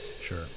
sure